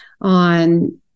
on